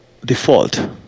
default